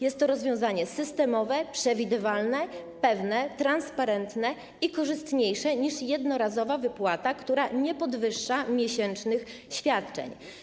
Jest to rozwiązanie systemowe, przewidywalne, pewne, transparentne i korzystniejsze niż jednorazowa wypłata, która nie podwyższa miesięcznych świadczeń.